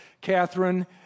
Catherine